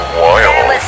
wild